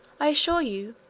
i assure you,